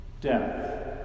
death